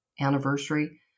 anniversary